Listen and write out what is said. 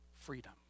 freedom